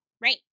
right